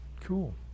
Cool